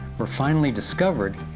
were finally discovered,